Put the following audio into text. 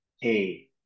hey